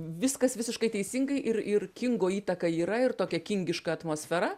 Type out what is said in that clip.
viskas visiškai teisingai ir ir kingo įtaka yra ir tokia kingiška atmosfera